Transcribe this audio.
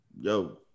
yo